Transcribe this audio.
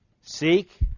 Seek